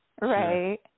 Right